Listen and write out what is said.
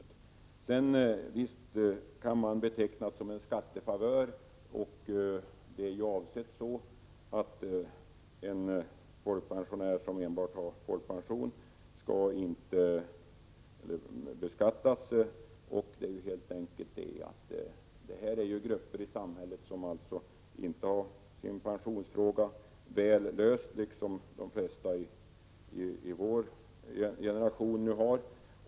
Visst kan det betecknas såsom en skattefavör — det är ju också avsikten — att en folkpensionär som enbart har folkpension inte skall behöva få denna beskattad. Det gäller ju en grupp i samhället, som inte har sin pensionsfråga så väl löst — vilket de flesta i vår generation nu har.